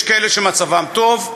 יש כאלה שמצבם טוב,